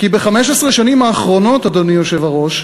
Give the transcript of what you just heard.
כי ב-15 השנים האחרונות, אדוני היושב-ראש,